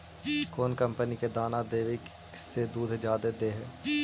कौन कंपनी के दाना देबए से दुध जादा दे है?